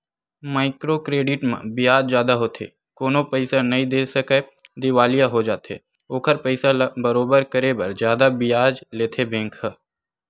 micro credit म बियाज जादा होथे कोनो पइसा नइ दे सकय दिवालिया हो जाथे ओखर पइसा ल बरोबर करे बर जादा बियाज लेथे बेंक ह